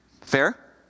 Fair